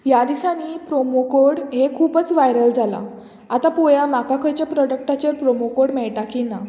ह्या दिसांनी promo code हे खूबच वायरल जालां आतां पोवया म्हाका खंयच्या प्रोडक्टाचेर प्रोमो कोड मेळटा की ना